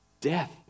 death